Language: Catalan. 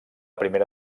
primera